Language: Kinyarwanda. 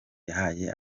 yahaye